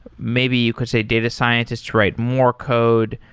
maybe you could say data scientists write more code,